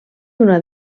una